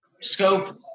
scope